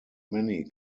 many